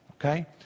okay